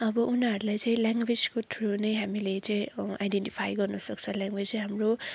अब उनीहरूलाई चाहिँ ल्याङ्ग्वेजको थ्रू नै हामीले चाहिँ आइडेन्टीफाई गर्न सक्छ ल्याङ्ग्वेज नै हाम्रो